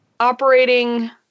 operating